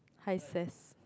High S_E_S